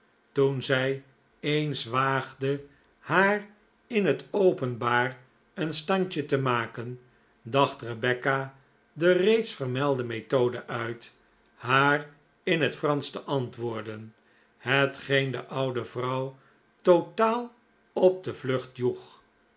toen zij eens waagde haar in het openbaar een standje te maken dacht rebecca de reeds vermelde methode uit haar in het fransch te antwoorden hetgeen de oude vrouw totaal op de vlucht joeg